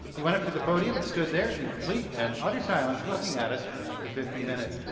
he went up to the podium and stood there in complete and utter silence, looking at us for fifty minutes.